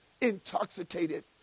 intoxicated